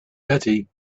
betty